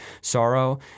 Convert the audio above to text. sorrow